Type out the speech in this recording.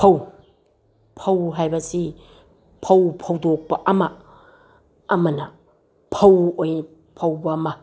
ꯐꯧ ꯐꯧ ꯍꯥꯏꯕꯁꯤ ꯐꯧ ꯐꯧꯗꯣꯛꯄ ꯑꯃ ꯑꯃꯅ ꯐꯧ ꯑꯣꯏꯅ ꯐꯧꯕ ꯑꯃ